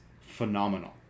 phenomenal